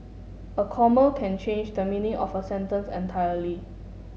a comma can change the meaning of a sentence entirely